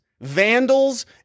vandals